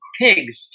pigs